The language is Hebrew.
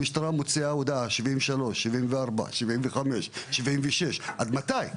המשטרה מוציאה הודעה על 73, 74, 75 ו-76, עד מתי?